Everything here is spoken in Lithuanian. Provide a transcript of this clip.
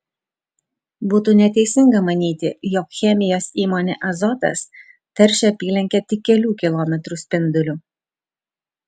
būtų neteisinga manyti jog chemijos įmonė azotas teršia apylinkę tik kelių kilometrų spinduliu